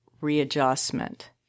readjustment